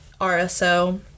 RSO